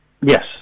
Yes